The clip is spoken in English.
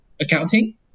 accounting